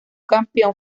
campeón